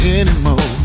anymore